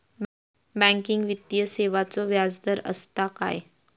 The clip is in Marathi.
बँकिंग वित्तीय सेवाचो व्याजदर असता काय?